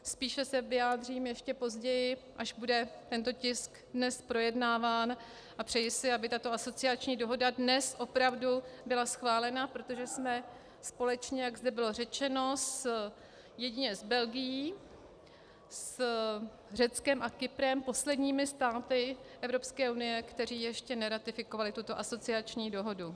Spíše se vyjádřím ještě později, až bude tento tisk dnes projednáván, a přeji si, aby tato asociační dohoda dnes opravdu byla schválena, protože jsme společně, jak zde bylo řečeno, jedině s Belgií, s Řeckem a Kyprem posledními státy Evropské unie, které ještě neratifikovaly tuto asociační dohodu.